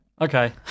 Okay